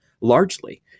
largely